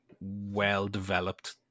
well-developed